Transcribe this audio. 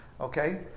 okay